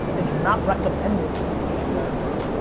it's not recommended. but even that approach